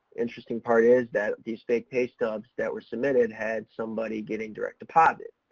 interesting part is that these fake pay stubs that were submitted had somebody getting direct deposit.